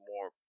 more